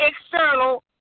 external